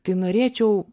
tai norėčiau